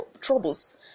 troubles